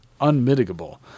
unmitigable